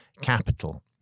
capital